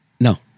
No